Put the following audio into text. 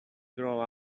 grow